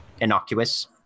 innocuous